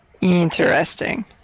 Interesting